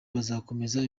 bazakomeza